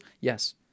Yes